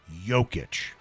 Jokic